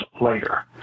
later